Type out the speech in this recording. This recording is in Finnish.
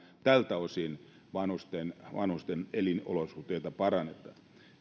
tältä osin vanhusten vanhusten elinolosuhteita parannetaan